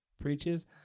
preaches